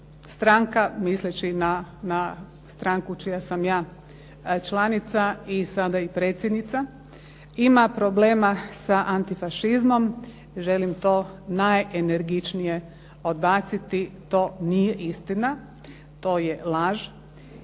stranka, misleći na stranku čija sam ja članica, a sada i predsjednica, ima problema sa antifašizmom. Želim to najenergičnije odbaciti. To nije istina. To je laž.